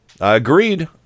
Agreed